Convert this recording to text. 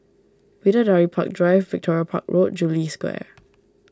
Bidadari Park Drive Victoria Park Road Jubilee Square